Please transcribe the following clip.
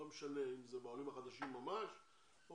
לא משנה אם זה בעולים החדשים ממש או